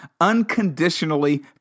unconditionally